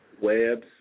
webs